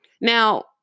Now